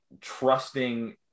trusting